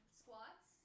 squats